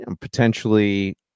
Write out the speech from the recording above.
potentially